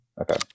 Okay